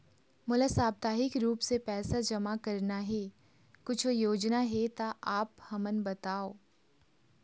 मोला साप्ताहिक रूप से पैसा जमा करना हे, कुछू योजना हे त आप हमन बताव?